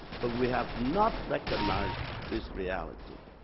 but we have not recognized this reality.